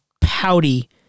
pouty